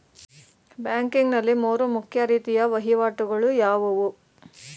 Banking ನಲ್ಲಿ ಮೂರು ಮುಖ್ಯ ರೀತಿಯ ವಹಿವಾಟುಗಳು ಯಾವುವು?